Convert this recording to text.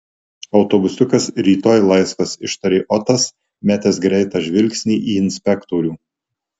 autobusiukas ir rytoj laisvas ištarė otas metęs greitą žvilgsnį į inspektorių